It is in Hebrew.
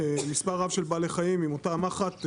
מספר רב של בעלי חיים עם אותם מחט,